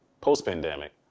Post-pandemic